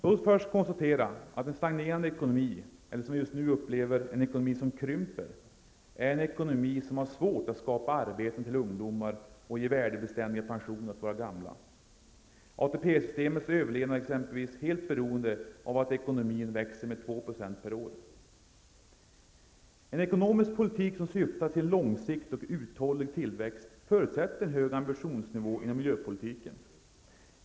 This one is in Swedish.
Låt oss först konstatera att en stagnerande ekonomi, eller som vi just nu upplever, en ekonomi som krymper, är en ekonomi som har svårt att skapa arbeten till ungdomar och ge värdebeständiga pensioner åt våra gamla. ATP systemets överlevnad är exempelvis helt beroende av att ekonomin växer med 2 % per år. En ekonomisk politik som syftar till en långsiktig och uthållig tillväxt förutsätter en hög ambitionsnivå inom miljöpolitiken.